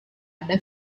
ada